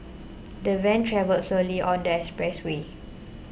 the van travelled slowly on the expressway